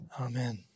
Amen